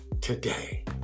today